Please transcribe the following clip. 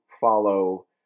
follow